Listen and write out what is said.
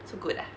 so good ah